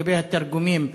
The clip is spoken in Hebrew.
לגבי התרגומים: